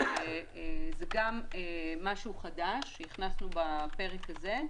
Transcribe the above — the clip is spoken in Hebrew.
זה גם דבר חדש שהכנסנו בפרק הזה.